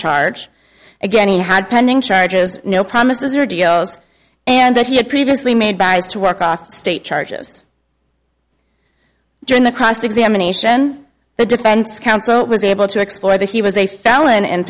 charge again he had pending charges no promises or geos and that he had previously made by his to work off state charges during the cross examination the defense counsel was able to explore that he was a felon